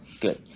good